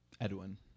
Edwin